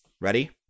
Ready